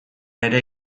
ere